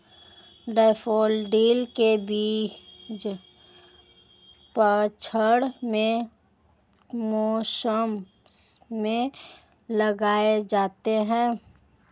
daffodil के बीज पतझड़ के मौसम में लगाए जाते हैं